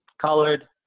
Colored